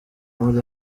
muri